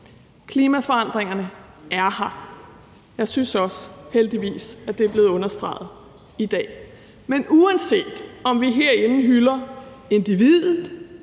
Klimaforandringerne er her, og jeg synes også heldigvis, at det er blevet understreget i dag. Men uanset om vi herinde hylder individet